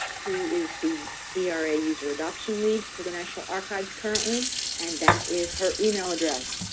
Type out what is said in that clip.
who is the era user adoption lead for the national archives currently and that is her email address.